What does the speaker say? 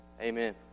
Amen